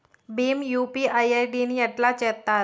Bhim UPI ID ని ఎట్లా చేత్తరు?